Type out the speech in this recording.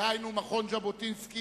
דהיינו מכון ז'בוטינסקי,